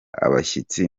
abashyitsi